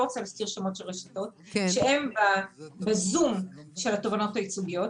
רוצה להזכיר שמות של רשתות שהם בזום של התובענות הייצוגיות,